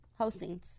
hostings